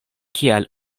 kial